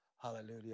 Hallelujah